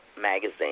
magazine